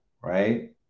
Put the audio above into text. right